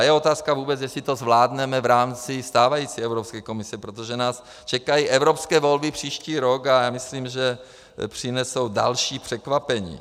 Je otázka vůbec, jestli to zvládneme v rámci stávající Evropské komise, protože nás čekají příští rok evropské volby a myslím, že přinesou další překvapení.